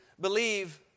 believe